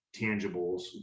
tangibles